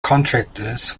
contractors